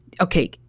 okay